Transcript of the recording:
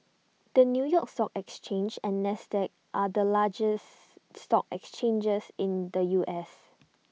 the new york stock exchange and Nasdaq are the largest stock exchanges in the U S